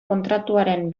kontratuaren